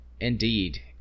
indeed